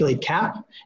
cap